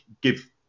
give